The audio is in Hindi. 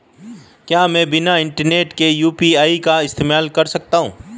क्या मैं बिना इंटरनेट के यू.पी.आई का इस्तेमाल कर सकता हूं?